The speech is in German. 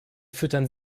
füttern